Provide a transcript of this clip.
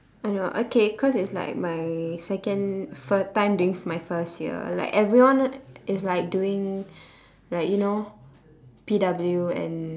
I know okay cause it's like my second first time during my first year like everyone is like doing like you know P_W and